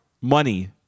Money